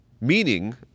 meaning